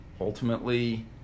ultimately